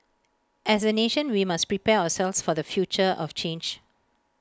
as A nation we must prepare ourselves for the future of change